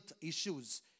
issues